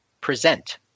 present